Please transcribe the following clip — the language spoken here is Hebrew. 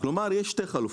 כלומר יש שתי חלופות.